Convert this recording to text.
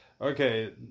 Okay